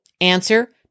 Answer